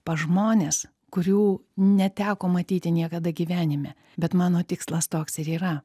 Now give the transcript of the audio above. pas žmones kurių neteko matyti niekada gyvenime bet mano tikslas toks ir yra